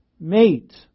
Mate